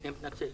אני מתנצל.